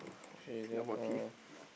okay then uh